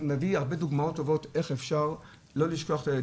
נביא הרבה דוגמאות טובות איך אפשר לא לשכוח את הילד.